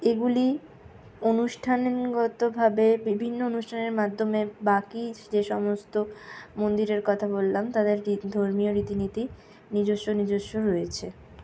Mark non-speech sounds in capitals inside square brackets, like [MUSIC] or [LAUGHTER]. এগুলি [UNINTELLIGIBLE] বিভিন্ন অনুষ্ঠানের মাধ্যমে বাকি যেসমস্ত মন্দিরের কথা বললাম তাদের ধর্মীয় রীতি নীতি নিজস্ব নিজস্ব রয়েছে